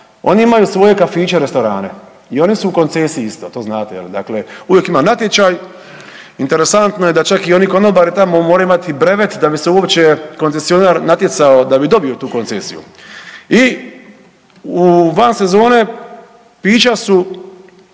oni imaju svoje kafiće, restorane i oni su u koncesiji isti, to znate je li, dakle uvijek ima natječaj. Interesantno je da čak i oni konobari tamo moraju imati brevet da bi se uopće koncesionar natjecao da bi dobio tu koncesiju. I u van sezone pića su